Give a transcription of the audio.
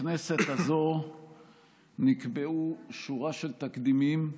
בכנסת הזו נקבעו שורה של תקדימים,